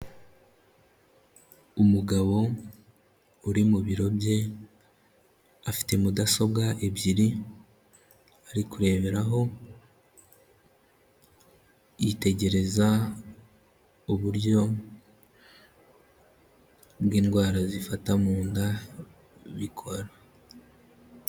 Umugabo uri mu biro bye afite mudasobwa ebyiri ari kureberaho, yitegereza uburyo bw'indwara zifata mu nda bikora.